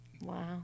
Wow